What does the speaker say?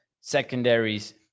secondaries